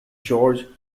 jorge